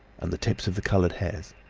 and the tips of the coloured hairs.